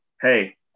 hey